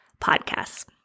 podcasts